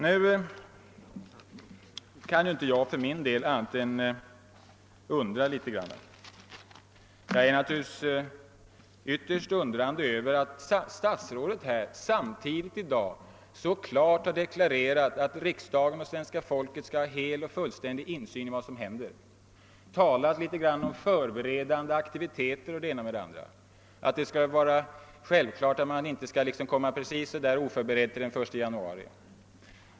Nu kan jag inte annat än undra. Statsrådet har i dag klart deklarerat att riksdagen och svenska folket skall ha fullständig insyn i vad som händer. Han har vidare talat om förberedande aktiviteter och det ena med det andra, och han har sagt att man självfallet inte kunde stå oförberedd den 1 januari.